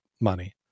money